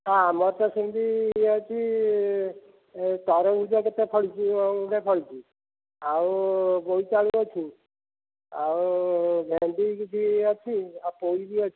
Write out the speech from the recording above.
ହଁ ଆମର ତ ସେମିତି ଇଏ ଅଛି ଏ ତରଭୂଜ କେତେ ଫଳିଛି ଫଳିଛି ଆଉ ବୋଇତାଳୁ ଅଛି ଆଉ ଭେଣ୍ଡି କିଛି ଅଛି ଆଉ ପୋଇ ବି ଅଛି